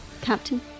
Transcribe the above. Captain